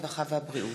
הרווחה והבריאות,